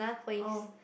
oh